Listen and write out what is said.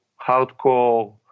Hardcore